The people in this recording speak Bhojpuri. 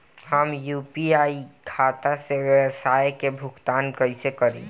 हम यू.पी.आई खाता से व्यावसाय के भुगतान कइसे करि?